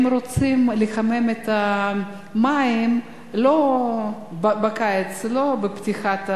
הם רוצים לחמם את המים בקיץ לא בפתיחת הכפתור,